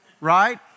Right